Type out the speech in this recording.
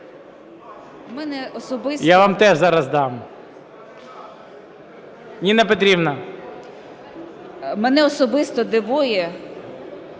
Мене особисто дивує,